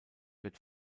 wird